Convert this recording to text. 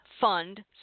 fund